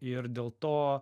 ir dėl to